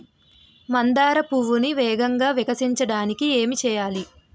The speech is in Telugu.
మందార పువ్వును వేగంగా వికసించడానికి ఏం చేయాలి?